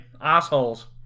Assholes